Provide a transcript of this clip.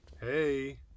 Hey